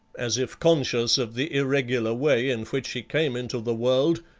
as if conscious of the irregular way in which he came into the world,